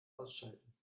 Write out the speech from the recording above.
ausschalten